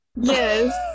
Yes